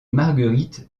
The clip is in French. marguerite